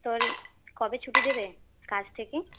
তোর কবে ছুটি দেবে কাজ থেকে